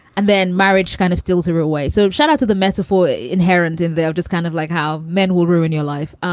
and then marriage kind of steals her away. so shout out to the metaphore inherent in there, just kind of like how men will ruin your life.